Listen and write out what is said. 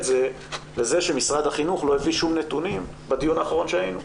זה לזה שמשרד החינוך לא הביא שום נתונים בדיון האחרון שהיינו,